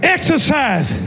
Exercise